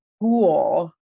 cool